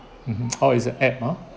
mmhmm oh it's a app ah